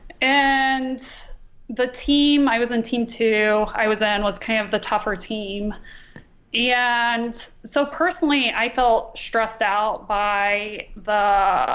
and the team i was in team two i was in was kind of the tougher team yeah and so personally i felt stressed out by